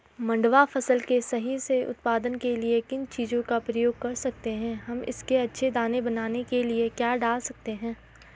मंडुवा फसल के सही से उत्पादन के लिए किन चीज़ों का प्रयोग कर सकते हैं हम इसके अच्छे दाने बनाने के लिए क्या डाल सकते हैं?